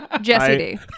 jesse